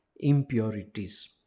impurities